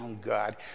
God